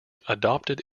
adopted